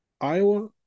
Iowa